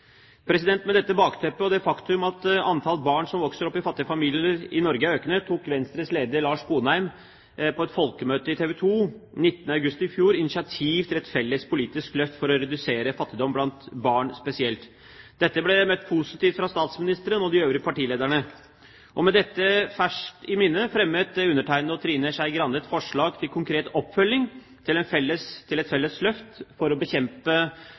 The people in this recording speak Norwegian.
Med dette bakteppet og det faktum at antall barn som vokser opp i fattige familier i Norge, er økende, tok Venstres leder, Lars Sponheim, på et folkemøte i TV 2 19. august i fjor initiativ til et felles politisk løft for å redusere fattigdom blant barn spesielt. Dette ble møtt positivt av statsministeren og av de øvrige partilederne. Med dette ferskt i minnet fremmet Trine Skei Grande og jeg et forslag til konkret oppfølging av et felles løft for å bekjempe